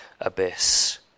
abyss